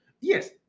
Yes